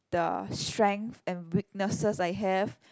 the strength and weaknesses I have